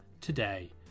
today